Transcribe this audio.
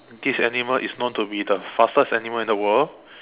this animal is known to be the fastest animal in the world